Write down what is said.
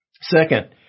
Second